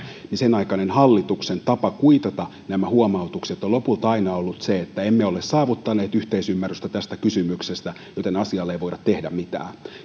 senaikaisen hallituksen tapa kuitata nämä huomautukset on lopulta aina ollut se että emme ole saavuttaneet yhteisymmärrystä tästä kysymyksestä joten asialle ei voida tehdä mitään